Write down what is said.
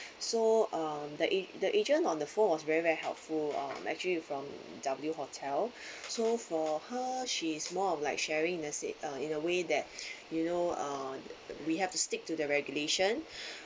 so um the a~ the agent on the phone was very very helpful uh actually from W hotel so for how she is more of like sharing nursing uh in a way that you know uh we have to stick to the regulation